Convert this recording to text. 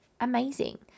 amazing